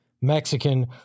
Mexican